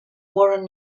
warren